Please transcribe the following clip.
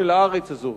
של הארץ הזאת.